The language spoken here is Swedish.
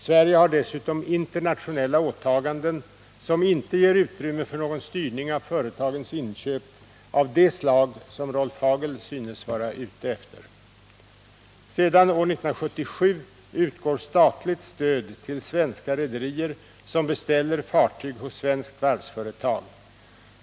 Sverige har dessutom internationella åtaganden, som inte ger utrymme för någon styrning av företagens inköp av det slag som Rolf Hagel synes vara ute efter. Sedan år 1977 utgår statligt stöd till svenska rederier, som beställer fartyg hos svenskt varvsföretag.